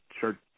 sure